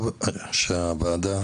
טוב שהוועדה